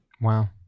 Wow